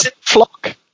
Flock